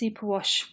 superwash